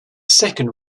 second